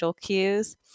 Cues